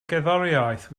gerddoriaeth